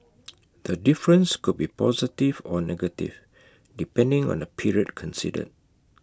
the difference could be positive or negative depending on the period considered